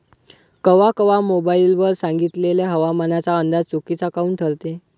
कवा कवा मोबाईल वर सांगितलेला हवामानाचा अंदाज चुकीचा काऊन ठरते?